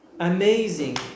amazing